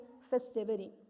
festivity